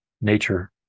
nature